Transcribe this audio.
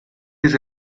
his